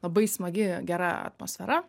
labai smagi gera atmosfera